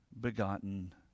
begotten